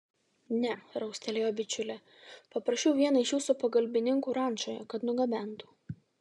ne raustelėjo bičiulė paprašiau vieną iš jūsų pagalbininkų rančoje kad nugabentų